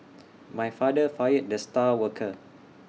my father fired the star worker